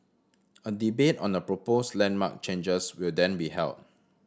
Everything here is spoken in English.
a debate on the proposed landmark changes will then be held